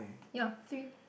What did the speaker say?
ya three